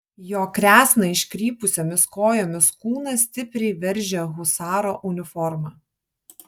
jo kresną iškrypusiomis kojomis kūną stipriai veržia husaro uniforma